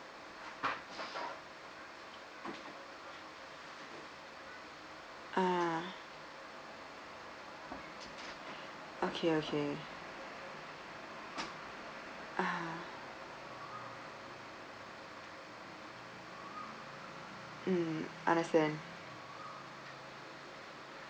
ah okay okay ah mm understand